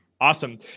Awesome